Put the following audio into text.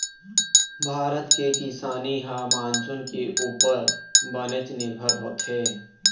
भारत के किसानी ह मानसून के उप्पर बनेच निरभर होथे